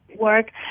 work